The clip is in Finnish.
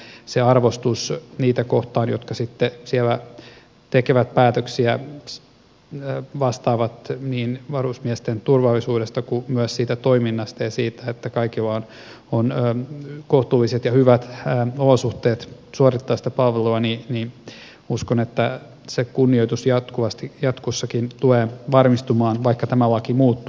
ja se arvostus niitä kohtaan jotka sitten siellä tekevät päätöksiä vastaavat niin varusmiesten turvallisuudesta kuin myös siitä toiminnasta ja siitä että kaikilla on kohtuulliset ja hyvät olosuhteet suorittaa sitä palvelua uskon että se kunnioitus jatkossakin tulee varmistumaan vaikka tämä laki muuttuu